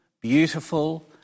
beautiful